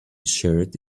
shirt